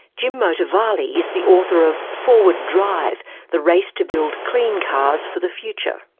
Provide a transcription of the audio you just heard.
jim motovalli is the author of forward drive the race to build clean cars for the future.